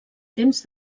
temps